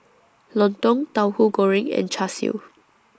Lontong Tauhu Goreng and Char Siu